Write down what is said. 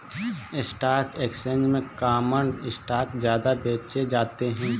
stock exchange में common stock ज्यादा बेचे जाते है